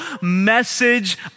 message